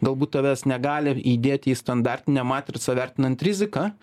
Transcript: galbūt tavęs negali įdėt į standartinę matricą vertinant riziką